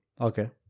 Okay